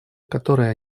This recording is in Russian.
которые